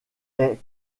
est